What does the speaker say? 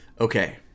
okay